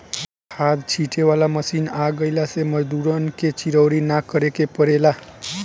खाद छींटे वाला मशीन आ गइला से मजूरन के चिरौरी ना करे के पड़ेला